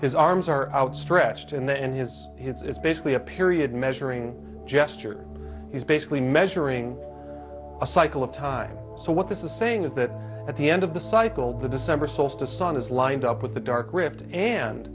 his arms are outstretched in the end his it's basically a period measuring gesture is basically measuring a cycle of time so what this is saying is that at the end of the cycle the december solstice sun is lined up with the dark ri